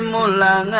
um la la